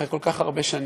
אחרי כל כך הרבה שנים,